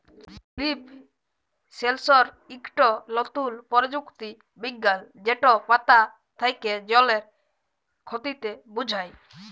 leaf সেলসর ইকট লতুল পরযুক্তি বিজ্ঞাল যেট পাতা থ্যাকে জলের খতিকে বুঝায়